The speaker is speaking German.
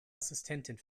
assistentin